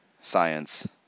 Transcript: science